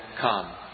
come